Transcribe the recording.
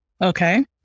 Okay